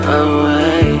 away